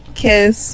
kiss